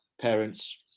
parents